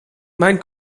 mijn